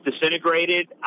disintegrated